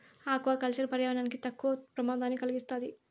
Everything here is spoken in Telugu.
ఆక్వా కల్చర్ పర్యావరణానికి తక్కువ ప్రమాదాన్ని కలిగిస్తాది